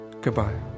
goodbye